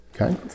Okay